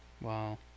Wow